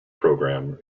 program